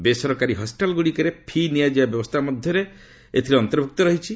ବେସରକାରୀ ହସ୍କିଟାଲ ଗୁଡ଼ିକରେ ଫି' ନିଆଯିବା ବ୍ୟବସ୍ଥା ମଧ୍ୟ ଏଥିରେ ଅନ୍ତର୍ଭୁକ୍ତ ରହିଛି